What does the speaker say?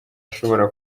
ashobora